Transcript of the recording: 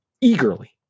eagerly